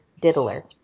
diddler